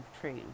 trade